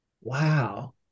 Wow